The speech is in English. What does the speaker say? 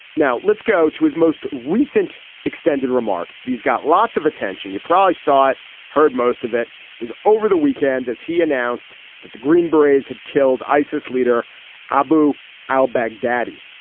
now let's go to his most recent extended remarks. these got lots of attention you probably saw it heard most of it was over the weekend as he announced that the green berets had killed isis leader abu al-baghdadi.